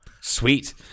Sweet